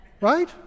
Right